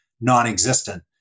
non-existent